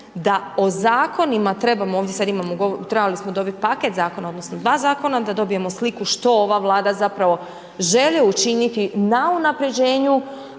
da o zakonima trebamo, ovdje sad imamo, trebali smo dobiti paket zakona odnosno dva zakona, da dobijemo sliku što ova Vlada zapravo želi učiniti na unaprjeđenju